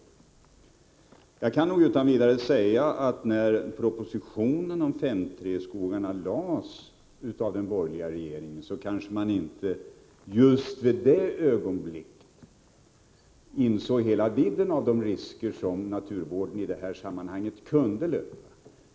Jag kan utan vidare säga att man när propositionen om 5:3-skogarna lades fram av den borgerliga regeringen kanske inte just i det ögonblicket insåg hela vidden av de risker som naturvården i detta sammnahang kunde löpa.